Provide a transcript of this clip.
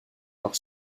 leur